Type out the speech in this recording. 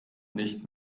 nicht